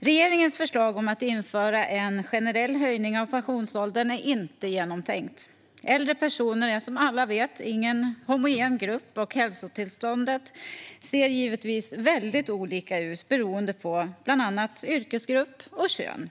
Regeringens förslag om att införa en generell höjning av pensionsåldern är inte genomtänkt. Äldre personer är som alla vet ingen homogen grupp, och hälsotillståndet ser givetvis väldigt olika ut beroende på bland annat yrkesgrupp och kön.